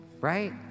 right